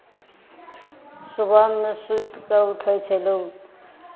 सुबहमे सुति कऽ उठै छै लोक